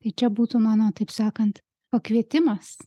tai čia būtų mano taip sakant pakvietimas